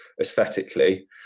aesthetically